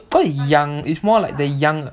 I thought young it's more like the young